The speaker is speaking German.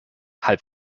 halb